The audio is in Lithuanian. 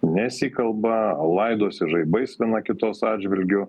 nesikalba o laidosi žaibais viena kitos atžvilgiu